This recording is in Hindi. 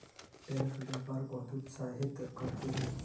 टैरिफ व्यापार को हतोत्साहित करते हैं